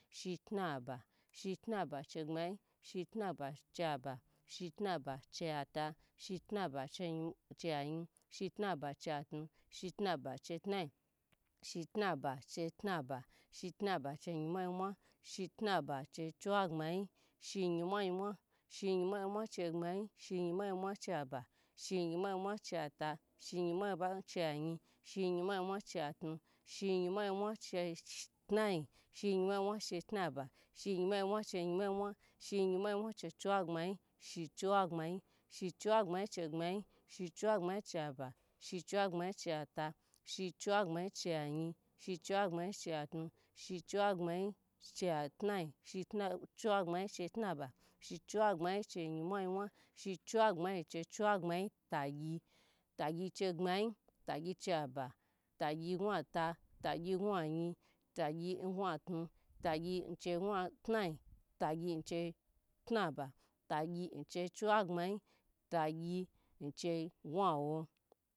Shitnaba shitnaba chegbanyi, shitnaba che aba, shitnaba che ata, shitnaba che ayin, shitnaba che atun, shitnaba chi tnayi, shitnaba che chatnaiba, shitnaba che yinmwa yinmwa, shitnaba che chiwagbmanyi, shi yinmwa yinmwa shiyinmwa yinmwa che gbanyi shiyinmwa yinmwa cha aba shiyinmwa che ata, shiyinmwa yinmwa chayin shiyinmwa yinmua chatun shiyinmwa yinmwa che tnayin shiginmwa yin mwa chi tnaba shiyin mw yinmua che chiwagbmayi shi chiwagbmiyi shi chiwagbmayi chegbmayi shi chiwagbmayi chaab shiciwa gbmayi cha, ata shi chiwagbmanyi che ayin shi chwagnyi, cha atu schichiwa gbmayi cha tnayi schiwagbnayi chai tnaba, schiwagbnayi chai yinmwa yinmwa, shi chiwagbmayi chiwugbmayi ta gyi tagyi chen gbmayi tagyi chaaba ta gyi ahata tagya gwatu tagye nche tnayi che tnangya tagyi chai chiwagbmiyi tagyi cha gwawo.